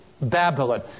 Babylon